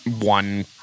One